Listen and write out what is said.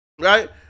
right